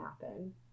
happen